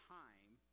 time